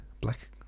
Black